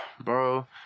bro